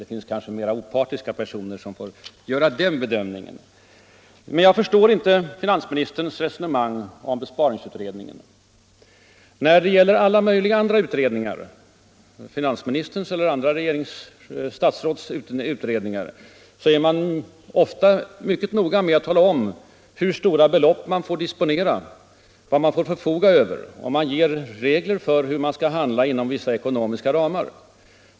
Det finns kanske mera opartiska personer som kan göra den bedömningen. Jag förstår inte finansministerns resonemang om besparingsutredningen. När det gäller alla möjliga andra utredningar — finansministerns eller andra statsråds utredningar — är man ofta mycket noga med att tala om hur stora belopp som utredningarna får förfoga över. Och det ges regler för hur de skall handla inom olika ekonomiska ramar.